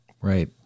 Right